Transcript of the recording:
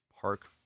Park